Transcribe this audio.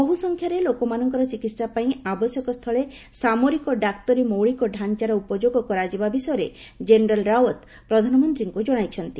ବହୁ ସଂଖ୍ୟାରେ ଲୋକମାନଙ୍କର ଚିକିତ୍ସା ପାଇଁ ଆବଶ୍ୟକ ସ୍ଥୁଳେ ସାମରିକ ଡାକ୍ତରୀ ମୌଳିକ ଢାଞ୍ଚାର ଉପଯୋଗ କରାଯିବା ବିଷୟରେ ଜେନେରାଲ୍ ରାଓ୍ୱତ୍ ପ୍ରଧାନମନ୍ତ୍ରୀଙ୍କୁ ଜଣାଇଛନ୍ତି